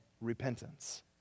repentance